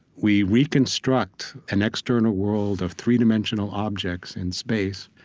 we reconstruct an external world of three-dimensional objects in space.